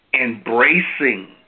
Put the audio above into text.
Embracing